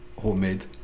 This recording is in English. homemade